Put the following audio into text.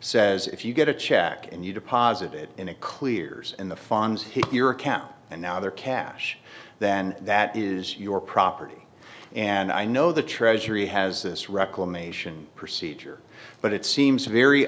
says if you get a check and you deposit it in a clears in the funds hit your account and now they're cash then that is your property and i know the treasury has this reclamation procedure but it seems very